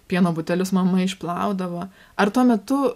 pieno butelius mama išplaudavo ar tuo metu